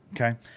Okay